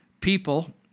People